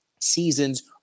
Seasons